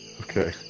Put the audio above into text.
Okay